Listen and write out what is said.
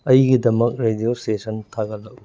ꯑꯩꯒꯤꯗꯃꯛ radio station ꯊꯥꯒꯠꯂꯛꯎ